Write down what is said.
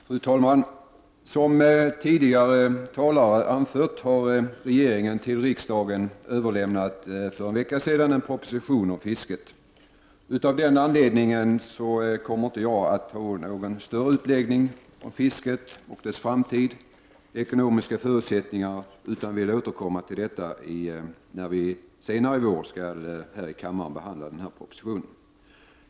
Fru talman! Som tidigare talare anfört har regeringen för en vecka sedan överlämnat till riksdagen en proposition om fisket. Av den anledningen kommer jag inte att göra någon större utläggning om fisket och dess framtid och ekonomiska förutsättningar. Jag vill återkomma till detta när vi senare får behandla denna proposition.